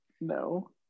no